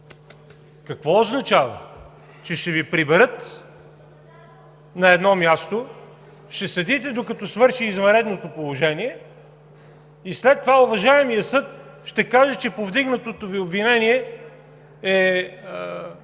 Какво означава? Че ще Ви приберат на едно място, ще седите, докато свърши извънредното положение и, след това уважаемият съд ще каже, че повдигнатото Ви обвинение е